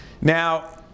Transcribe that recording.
Now